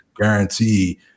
guarantee